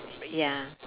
ya